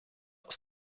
aus